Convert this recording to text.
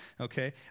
okay